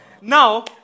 Now